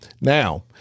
Now